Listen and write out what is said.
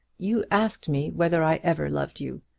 you asked me whether i ever loved you?